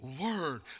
word